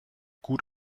gut